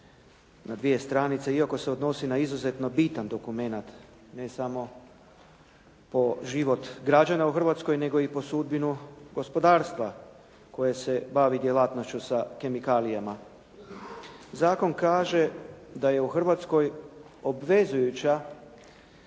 na dvije stranice, iako se odnosi na izuzetno bitan dokument, ne samo po život građana u Hrvatskoj, nego i po sudbinu gospodarstva koje se bavi djelatnošću sa kemikalijama. Zakon kaže da je u Hrvatskoj obvezujuća